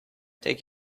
take